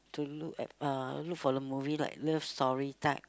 to look at uh look for the movie like love story type